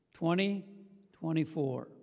2024